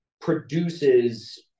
produces